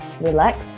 relax